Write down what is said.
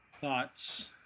thoughts